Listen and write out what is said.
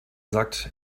sagt